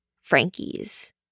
Frankie's